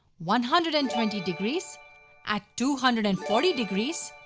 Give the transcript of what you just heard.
one hundred and twenty degrees at two hundred and forty degrees,